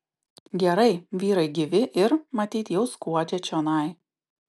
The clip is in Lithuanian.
gerai vyrai gyvi ir matyt jau skuodžia čionai